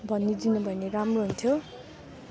भनिदिनु भयो भने राम्रो हुन्थ्यो